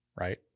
Right